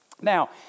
Now